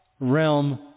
realm